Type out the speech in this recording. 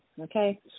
Okay